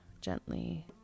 gently